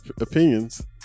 opinions